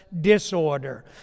Disorder